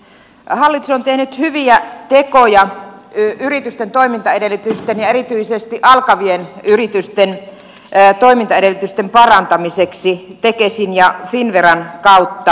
hallitus on tehnyt hyviä tekoja yritysten toimintaedellytysten ja erityisesti alkavien yritysten toimintaedellytysten parantamiseksi tekesin ja finnveran kautta